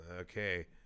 Okay